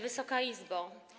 Wysoka Izbo!